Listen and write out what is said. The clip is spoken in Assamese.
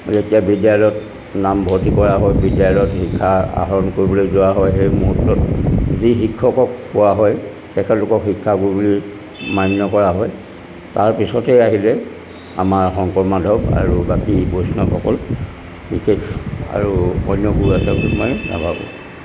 যেতিয়া বিদ্যালয়ত নামভৰ্তি কৰা হয় বিদ্যালয়ত শিক্ষা আহৰণ কৰিবলৈ যোৱা হয় সেই মুহূৰ্তত যি শিক্ষকক পোৱা হয় তেখেতলোকক শিক্ষাগুৰু বুলি মান্য কৰা হয় তাৰপিছতে আহিলে আমাৰ শংকৰ মাধৱ আৰু বাকী বৈষ্ণকসকল বিশেষ আৰু অন্য গুৰু আছে বুলি মই নাভাবোঁ